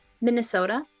Minnesota